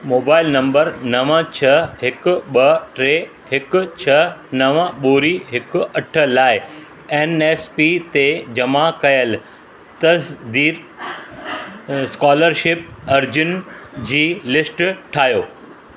mobile number नव छह हिकु ॿ टे हिकु छह नव ॿुड़ी हिकु अठ लाइ ऐन ऐस पी ते जमा कयल तज़दीद स्कोलरशिप अर्ज़ियुनि जी लिस्ट ठाहियो